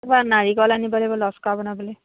তাৰপৰা নাৰিকল আনিব লাগিব লচকৰা বনাবলৈ